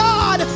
God